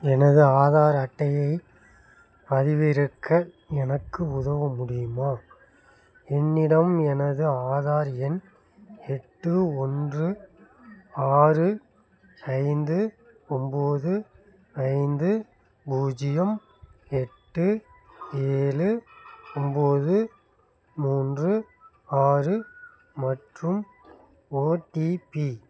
எனது ஆதார் அட்டையைப் பதிவிறக்க எனக்கு உதவ முடியுமா என்னிடம் எனது ஆதார் எண் எட்டு ஒன்று ஆறு ஐந்து ஒம்பது ஐந்து பூஜ்ஜியம் எட்டு ஏழு ஒம்பது மூன்று ஆறு மற்றும் ஓடிபி